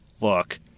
look